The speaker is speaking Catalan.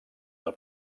del